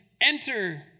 enter